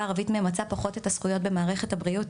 הערבית ממצה פחות את הזכויות במערכת הבריאות,